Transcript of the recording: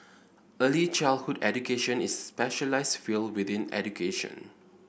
early childhood education is specialised field within education